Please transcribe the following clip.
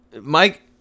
Mike